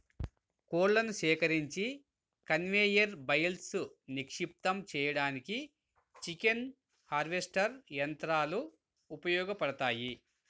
కోళ్లను సేకరించి కన్వేయర్ బెల్ట్పై నిక్షిప్తం చేయడానికి చికెన్ హార్వెస్టర్ యంత్రాలు ఉపయోగపడతాయి